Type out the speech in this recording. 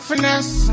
Finesse